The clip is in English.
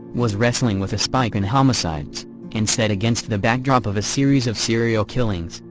was wrestling with a spike in homicides and set against the backdrop of a series of serial killings,